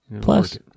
Plus